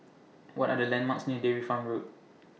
What Are The landmarks near Dairy Farm Road